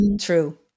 true